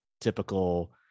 typical